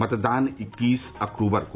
मतदान इक्कीस अक्टूबर को